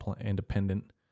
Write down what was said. independent